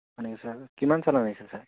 হয় নেকি ছাৰ কিমান চালান আহিছে ছাৰ